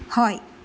हय